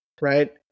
Right